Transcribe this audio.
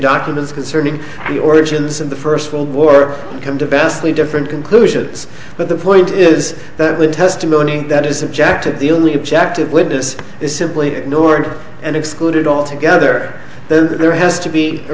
documents concerning the origins of the first world war come to best lead different conclusions but the point is that the testimony that is objective the only objective witness is simply ignored and excluded altogether then there has to be a